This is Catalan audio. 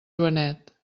joanet